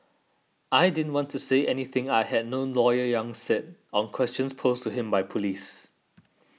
I didn't want to say anything I had no lawyer Yang said on questions posed to him by police